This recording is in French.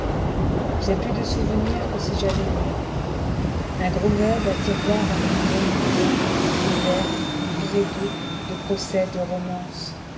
tai plus de souvenirs que si j'avais mille ans un gros meuble à tiroirs encombré de bilans de vers de billets doux de procès de romances